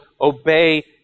obey